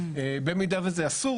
במידה וזה אסור,